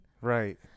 Right